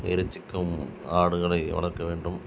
எரிச்சிக்கவும் ஆடுகளை வளர்க்க வேண்டும்